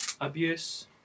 abuse